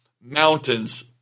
mountains